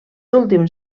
últims